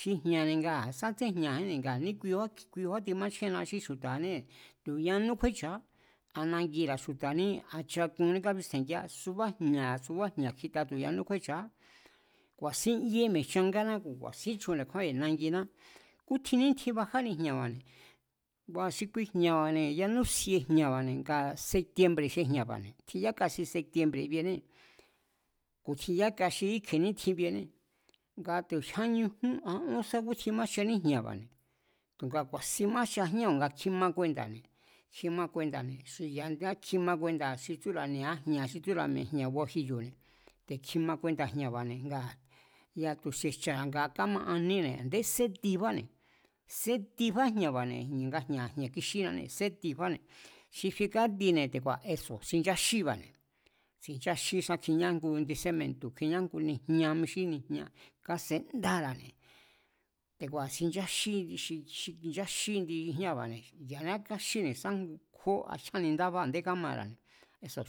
Xi jña̱ne̱ nga sá tsén jña̱jínne̱, ní kuiá, kuia timáchjena xí chju̱ta̱anée̱ tu̱ ñanú kjúéchu̱á, a nangira̱ chju̱ta̱ ní, a chakunní kámangítjéngia subá jña̱, subá jña̱ kjita tuñanú kjúéchu̱á. Ku̱a̱sín yé mi̱e̱jchangána ku̱ ku̱a̱sín chun de̱kjúánbi̱ nanginá. Kútjin nítjin bajáni jña̱ba̱ne̱, ngua̱ xi kui jña̱ba̱ne̱, yanú sie jña̱ba̱ne̱ nga septiembre̱ sie xi jña̱ba̱ne̱, tjin yáka xi septiembre̱ biené ku̱ tjin yaka xi íkje̱e nítjin biené, nga tu- jyá ñujún a ón sa kútjin kúsin májchaní jña̱ba̱ne̱, tu̱nga ku̱a̱sin majcha jñáa̱ nga kjima kuenda̱ne̱, kjima kuenda̱ne̱, xi ya̱a ñá kjima kuenda̱ xi tsúra̱ ni̱a jña̱ xi tsúra̱ mi̱e̱ jña̱ guajiyo̱ne̱, te̱ kjima kuenda̱ jña̱ba̱ne̱ ngaa̱ ya̱ tu̱se̱ jcha̱ra̱ nga kamaaníne̱ a̱ndé sétibáne̱, sétibán jña̱ba̱ne̱ nga jña̱, jña̱ kixínané, setibáne̱, xi fie katine̱ te̱ku̱a̱ eso̱ xincháxíba̱ne̱, sincháxí sá kjiña̱ ngu indi sémento̱, kjiñá ngu nijña kásendára̱ te̱ku̱a̱ xincháxí, xinchaxí indi jña̱a̱ba̱ne̱ ya̱nea kaxíne̱ a jó a jyánni ndába kamara̱ne̱